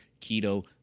keto